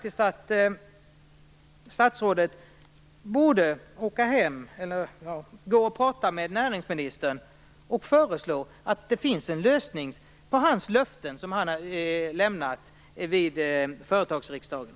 Statsrådet borde alltså prata med näringsministern och tala om för honom att det finns en lösning, ett sätt för honom att uppfylla de löften han lämnade vid företagarriksdagen.